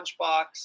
lunchbox